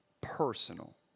personal